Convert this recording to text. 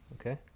Okay